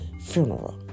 funeral